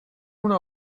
una